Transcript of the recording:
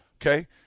Okay